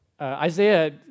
Isaiah